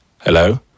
Hello